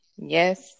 Yes